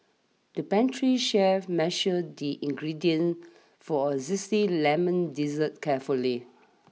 the pastry chef measured the ingredients for a zesty lemon dessert carefully